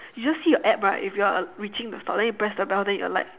you just see your app right if you're reaching the stop then you press the bell then you alight